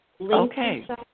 Okay